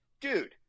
Dude